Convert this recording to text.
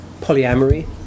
polyamory